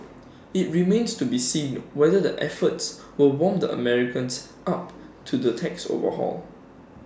IT remains to be seen whether the efforts will warm the Americans up to the tax overhaul